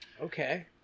Okay